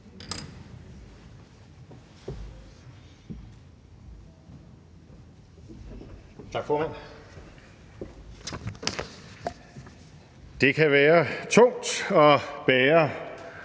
Det kan være tungt at bære